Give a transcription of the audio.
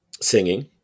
Singing